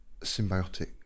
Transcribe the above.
symbiotic